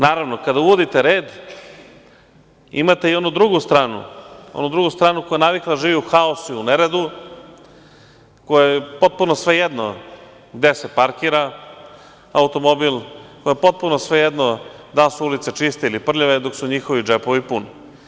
Naravno, kada uvodite red, imate i onu drugu stranu, drugu stranu koja je navikla da živi u haosu i neredu, kojoj je potpuno svejedno gde se parkira automobil, kojoj je potpuno svejedno da li su ulice čiste ili prljave dok su njihovi džepovi puni.